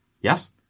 Yes